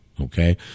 okay